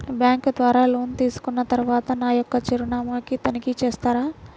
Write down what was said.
Bank ద్వారా loan తీసుకున్న తరువాత నా యొక్క చిరునామాని తనిఖీ చేస్తారా?